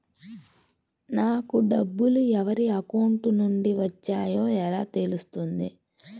నాకు డబ్బులు ఎవరి అకౌంట్ నుండి వచ్చాయో ఎలా తెలుస్తుంది?